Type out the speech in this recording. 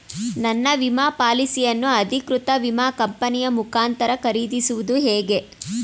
ನನ್ನ ವಿಮಾ ಪಾಲಿಸಿಯನ್ನು ಅಧಿಕೃತ ವಿಮಾ ಕಂಪನಿಯ ಮುಖಾಂತರ ಖರೀದಿಸುವುದು ಹೇಗೆ?